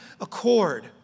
accord